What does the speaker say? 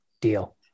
Deal